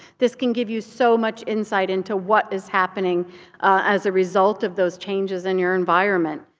this can give you so much insight into what is happening as a result of those changes in your environment.